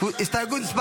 הסתייגות מס'